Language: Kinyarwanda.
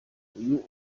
uyu